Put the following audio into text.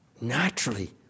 Naturally